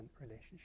relationship